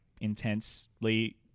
intensely